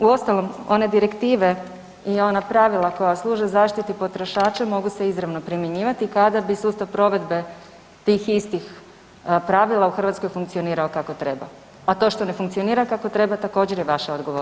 Uostalom, one direktive i ona pravila koja služe zaštiti potrošača mogu se izravno primjenjivati kada bi sustav provedbe tih istih pravila u Hrvatskoj funkcionirao kako treba, a to što ne funkcionira kako treba, također je vaša odgovornost.